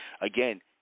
Again